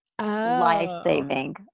life-saving